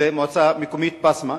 זו מועצה מקומית בסמה,